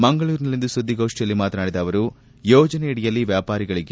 ಮಂಗಳೂರಿನಲ್ಲಿಂದು ಸುದ್ದಿಗೋಷ್ಠಿಯಲ್ಲಿ ಮಾತನಾಡಿದ ಅವರು ಯೋಜನೆಯಡಿಯಲ್ಲಿ ವ್ಯಾಪಾರಿಗಳಿಗೆ